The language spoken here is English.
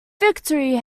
victory